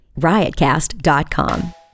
riotcast.com